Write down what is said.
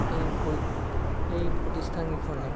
এই পৰী এই প্ৰতিষ্ঠানকিখনে